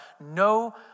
no